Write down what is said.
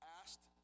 asked